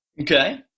okay